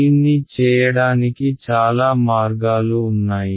దీన్ని చేయడానికి చాలా మార్గాలు ఉన్నాయి